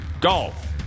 Golf